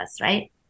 right